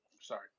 Sorry